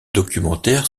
documentaire